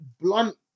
blunt